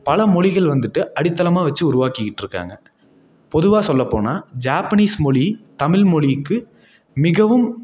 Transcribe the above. பல மொழிகள் வந்துட்டு அடித்தளமாக வச்சு உருவாக்கிக்கிட்டுருக்காங்க பொதுவாக சொல்லப்போனால் ஜாப்பனீஸ் மொழி தமிழ் மொழிக்கு மிகவும்